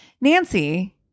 Nancy